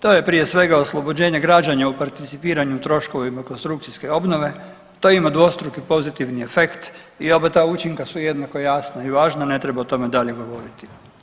To je prije svega, oslobođenje građana u participiranju troškovima konstrukcijske obnove, to ima dvostruki pozitivni efekt i oba ta učinka su jednako jasna i važna, ne treba o tome dalje govoriti.